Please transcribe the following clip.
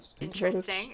Interesting